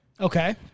Okay